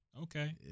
Okay